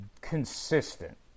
consistent